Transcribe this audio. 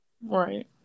Right